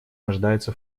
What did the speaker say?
нуждается